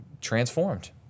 Transformed